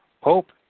Hope